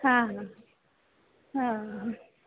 हां हां हां ह